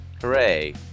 Hooray